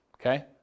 Okay